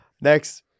Next